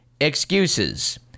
excuses